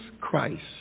Christ